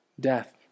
Death